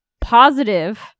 positive